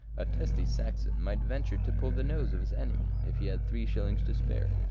a testy saxon might venture to pull the nose of his enemy if he had three shillings to spare,